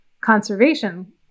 conservation